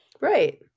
Right